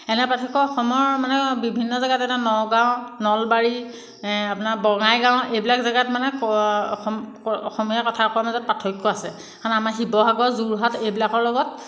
এনে পাৰ্থক্য অসমৰ মানে বিভিন্ন জেগাত এতিয়া নগাঁও নলবাৰী আপোনাৰ বঙাইগাঁও এইবিলাক জেগাত মানে কোৱা অস কোৱা অসমীয়া কথা কোৱাৰ মাজত পাৰ্থক্য আছে কাৰণ আমাৰ শিৱসাগৰ যোৰহাট এইবিলাকৰ লগত